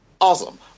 Awesome